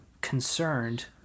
concerned